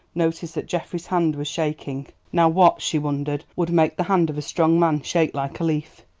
noticed that geoffrey's hand was shaking. now what, she wondered, would make the hand of a strong man shake like a leaf?